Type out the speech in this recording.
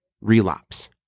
relapse